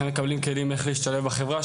הם מקבלים כלים איך להשתלב בחברה,